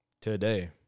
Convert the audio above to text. today